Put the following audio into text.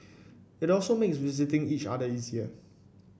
it also makes visiting each other easier